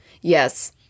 yes